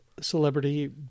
celebrity